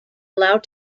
allowed